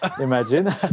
imagine